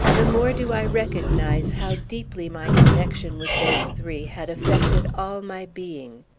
the more do i recognize how deeply my connection with those three had affected all my being.